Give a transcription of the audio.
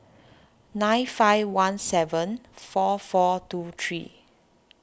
nine five one seven four four two three